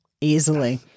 easily